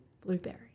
Blueberry